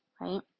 right